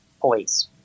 police